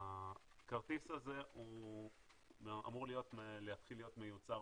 הכרטיס הזה אמור להתחיל להיות מיוצר